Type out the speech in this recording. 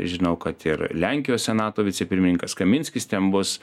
žinau kad ir lenkijos senato vicepirmininkas kaminskis ten bus